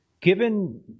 Given